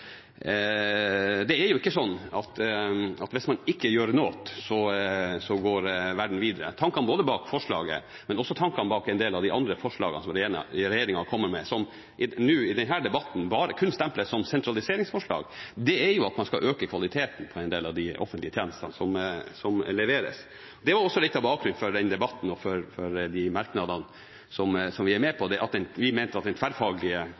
Det er jo ikke sånn at hvis man ikke gjør noe, så går verden videre. Tankene bak forslaget her, men også tankene bak en del av de forslagene som regjeringen kommer med som i denne debatten kun stemples som sentraliseringsforslag, er at man skal øke kvaliteten på en del av de offentlige tjenestene som leveres. Det er også litt av bakgrunnen for debatten og de merknadene vi er med på – at vi mente at det tverrfaglige